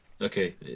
Okay